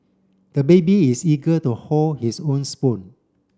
the baby is eager to hold his own spoon